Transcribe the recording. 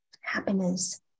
happiness